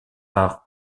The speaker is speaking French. par